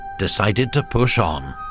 decided to push on.